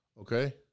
okay